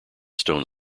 stone